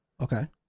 Okay